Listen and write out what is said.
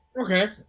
Okay